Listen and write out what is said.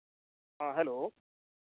हाँ हैलो